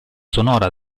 sonora